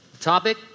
Topic